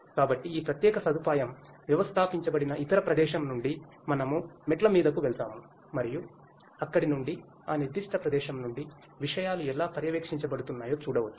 కాబట్టి ఈ ప్రత్యేక సదుపాయం వ్యవస్థాపించబడిన ఇతర ప్రదేశం నుండి మనము మెట్ల మీదకు వెళ్తాము మరియు అక్కడి నుండి ఆ నిర్దిష్ట ప్రదేశం నుండి విషయాలు ఎలా పర్యవేక్షించబడుతున్నాయో చూడవచ్చు